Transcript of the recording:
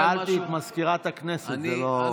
שאלתי את מזכירת הכנסת, זה לא, בסדר.